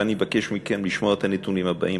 ואני מבקש מכם לשמוע את הנתונים הבאים,